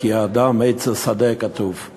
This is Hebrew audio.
"כי האדם עץ השדה", כתוב.